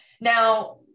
Now